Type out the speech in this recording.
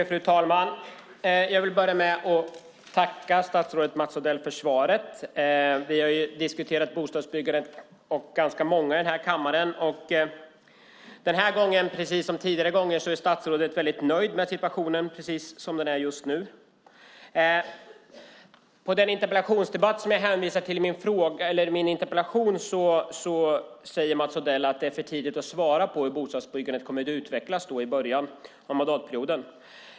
Fru talman! Jag vill börja med att tacka statsrådet Mats Odell för svaret. Vi har ju diskuterat bostadsbyggandet ganska många gånger i den här kammaren. Den här gången, precis som tidigare gånger, är statsrådet väldigt nöjd med situationen precis som den är just nu. I den interpellationsdebatt som jag hänvisar till i min interpellation sade Mats Odell att det var för tidigt att svara på hur bostadsbyggandet skulle komma att utvecklas, och det var i början av mandatperioden.